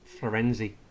Florenzi